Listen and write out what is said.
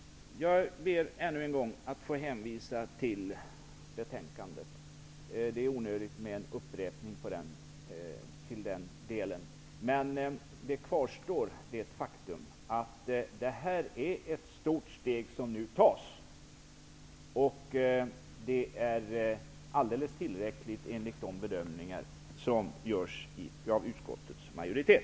Jag ber ännu en gång att få hänvisa till betänkandet. Det är onödigt med en upprepning. Faktum är att ett stort steg nu tas och det är alldeles tillräckligt enligt de bedömingar som görs av utskottets majoritet.